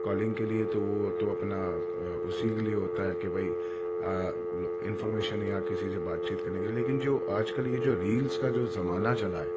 calling کے لئے تو وہ تو اپنا اسی کے لئے ہوتا ہے کہ بھائی انفورمیشن یا کسی سے بات چیت کرنے کے لئے لیکن جو آج کل یہ جو ریلس کا جو زمانہ چلا ہے